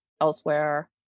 elsewhere